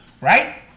Right